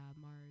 mars